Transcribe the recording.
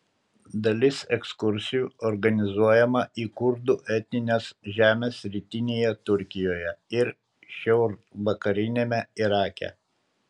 dalis ekskursijų organizuojama į kurdų etnines žemes rytinėje turkijoje ir šiaurvakariniame irake